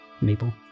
Maple